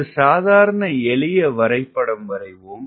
ஒரு சாதாரண எளிய வரைபடம் வரைவோம்